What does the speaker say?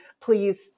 please